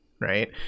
right